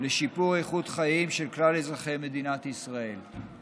לשיפור איכות חיים של כלל אזרחי מדינת ישראל.